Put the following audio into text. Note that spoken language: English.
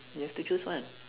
you have to choose one